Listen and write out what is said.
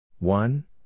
One